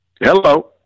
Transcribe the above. Hello